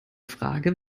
frage